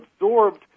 absorbed